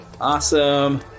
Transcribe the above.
Awesome